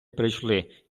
прийшли